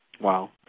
Wow